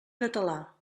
català